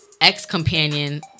ex-companion